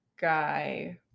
guy